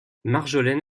marjolaine